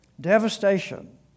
Devastation